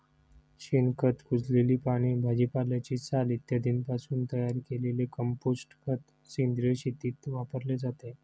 शेणखत, कुजलेली पाने, भाजीपाल्याची साल इत्यादींपासून तयार केलेले कंपोस्ट खत सेंद्रिय शेतीत वापरले जाते